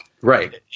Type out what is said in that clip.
Right